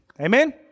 Amen